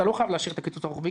אתה לא חייב לאשר את הקיצוץ הרוחבי